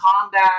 combat